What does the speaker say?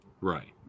Right